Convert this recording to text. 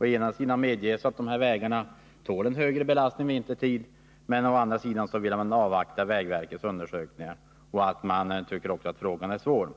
Å ena sidan medges att vägarna tål en högre belastning vintertid, men å andra sidan vill man avvakta vägverkets undersökningar. Kommunikationsministern säger också att han tycker att frågan är svår.